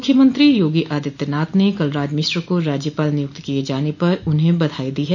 मुख्यमंत्री योगी आदित्यनाथ ने कलराज मिश्र को राज्यपाल नियुक्त किये जाने पर उन्हें बधाई दी है